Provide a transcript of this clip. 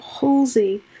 Halsey